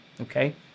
okay